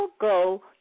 go